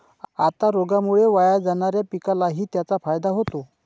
आता रोगामुळे वाया जाणाऱ्या पिकालाही त्याचा फायदा होतो